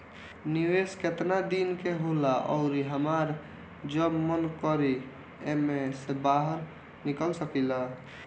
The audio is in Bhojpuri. निवेस केतना दिन के होला अउर हमार जब मन करि एमे से बहार निकल सकिला?